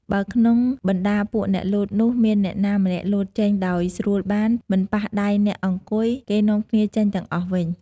បើក្នុងបណ្តាពួកអ្នកលោតនោះ មានអ្នកណាម្នាក់លោតចេញដោយស្រួលបាន មិនប៉ះដៃអ្នកអង្គុយ គេនាំគ្នាចេញទាំងអស់វិញ ។